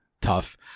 tough